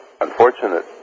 unfortunate